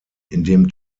indem